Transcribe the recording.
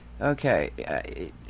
Okay